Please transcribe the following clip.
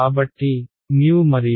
కాబట్టి మరియు